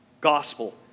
gospel